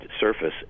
surface